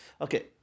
Okay